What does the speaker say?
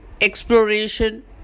exploration